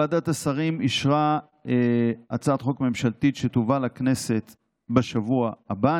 ועדת השרים אישרה הצעת חוק ממשלתית והיא תובא לכנסת בשבוע הבא,